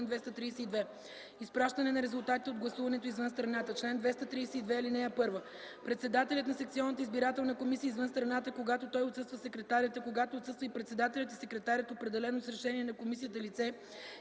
232: „Изпращане на резултатите от гласуването извън страната Чл. 232. (1) Председателят на секционната избирателна комисия извън страната, когато той отсъства секретарят, а когато отсъстват и председателят и секретарят определено с решение на комисията лице,